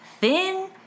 thin